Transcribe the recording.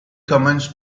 commenced